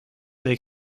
they